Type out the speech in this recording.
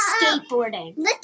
skateboarding